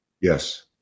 yes